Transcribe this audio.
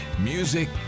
Music